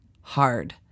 hard